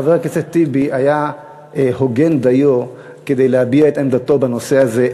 חבר הכנסת טיבי היה הוגן דיו כדי להביע את עמדתו בנושא הזה.